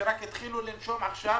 שרק התחילו לנשום עכשיו?